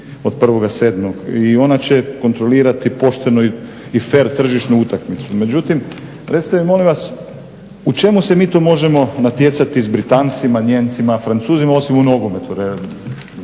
od 1.7. I ona će kontrolirati pošteno i fer tržišnu utakmicu. Međutim , recite mi molim vas u čemu se mi to možemo natjecati s Britancima, Nijemcima, Francuzima osim u nogometu,